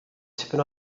tipyn